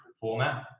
format